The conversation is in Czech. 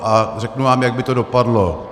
A řeknu vám, jak by to dopadlo.